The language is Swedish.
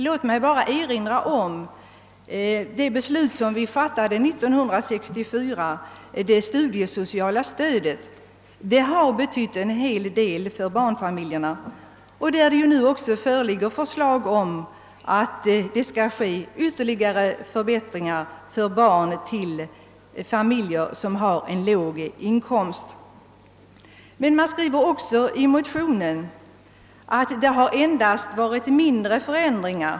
Låt mig bara erinra om det beslut som vi fattade 1964 om det studiesociala stödet. Det har betytt en hel del för barnfamiljerna. Nu föreligger förslag om att det därvidlag skall ske ytterligare förbättringar för barn till familjer som har en låg inkomst. 1968 beslöt vi om = bostadstillägg till barnfamiljer. Motionärerna hävdar emellertid att det endast varit fråga om mindre förändringar.